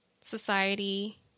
society